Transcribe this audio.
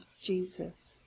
Jesus